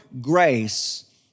grace